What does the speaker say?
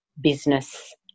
business